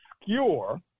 obscure –